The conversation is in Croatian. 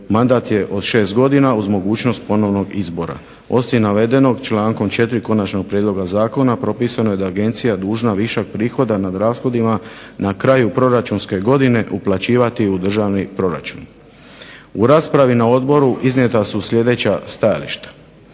Mandat je od 6 godina uz mogućnost ponovnog izbora. Osim navedenog člankom 4. konačnog prijedloga zakona propisano je da je agencija dužna višak prihoda nad rashodima na kraju proračunske godine uplaćivati u državni proračun. U raspravi na odboru iznijeta su sljedeća stajališta: